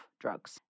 drugs